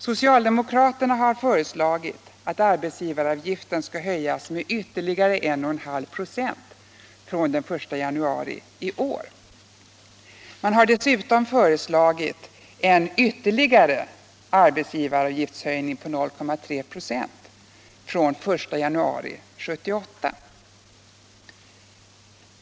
Socialdemokraterna har föreslagit att arbetsgivaravgiften skulle höjas med ytterligare 1,5 96 från den 1 januari i år. Man har dessutom föreslagit en ytterligare höjning av arbetsgivaravgiften på 0,3 26 från den 1 januari 1978.